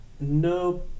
no